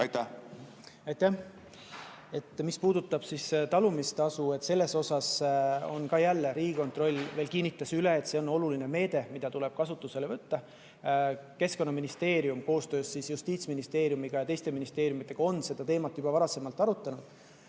Aitäh! Mis puudutab talumistasu, siis Riigikontroll kinnitas üle, et see on oluline meede, mis tuleb kasutusele võtta. Keskkonnaministeerium koostöös Justiitsministeeriumiga ja teiste ministeeriumidega on seda teemat juba varasemalt arutanud.